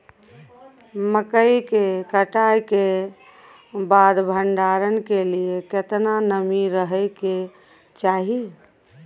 मकई के कटाई के बाद भंडारन के लिए केतना नमी रहै के चाही?